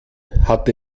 hat